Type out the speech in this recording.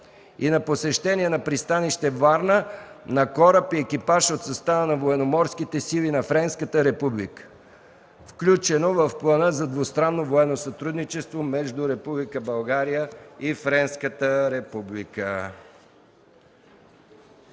и на посещение на пристанище Варна на кораб и екипаж от състава на Военноморските сили на Френската република, включено в плана за двустранно военно сътрудничество между Република България и Френската република.